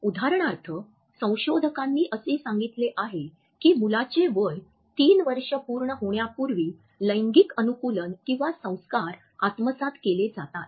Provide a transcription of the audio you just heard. उदाहरणार्थ संशोधकांनी असे सांगितले आहे की मुलाचे वय ३ वर्षे पूर्ण होण्यापूर्वी लैंगिक अनुकूलन किंवा संस्कार आत्मसात केले जातात